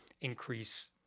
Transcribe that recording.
increase